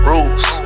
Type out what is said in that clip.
Rules